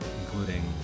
including